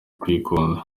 kwikunda